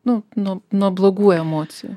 nu nu nuo blogų emocijų